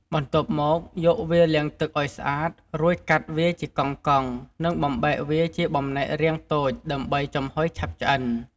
បន្ទាប់មកយកវាលាងទឹកឲ្យស្អាត រួចកាត់វាជាកង់ៗ និងបំបែកវាជាបំណែករាងតូច ដើម្បីចំហុយឆាប់ឆ្អិន។